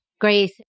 grace